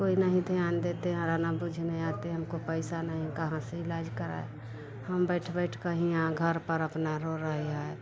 कोई नहीं ध्यान देते हैं अराना बुझने आते हैं हमको पैसा नहीं कहाँ से इलाज कराएँ हम बैठ बैठ कर हिया घर पर अपना रो रहे हैं